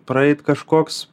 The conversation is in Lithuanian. praeit kažkoks